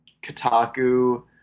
Kotaku